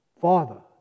Father